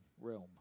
realm